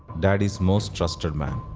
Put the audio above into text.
daddy's most trusted man.